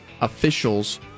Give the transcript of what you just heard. officials